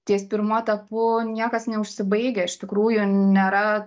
ties pirmu etapu niekas neužsibaigia iš tikrųjų nėra